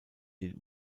den